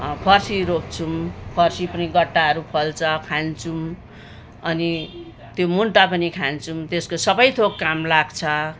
फर्सी रोप्छौँ फर्सी पनि गट्टाहरू फल्छ खान्छौँ अनि त्यो मुन्टा पनि खान्छौँ त्यसको सबै थोक काम लाग्छ